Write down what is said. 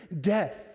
death